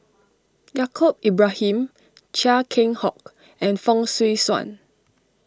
Yaacob Ibrahim Chia Keng Hock and Fong Swee Suan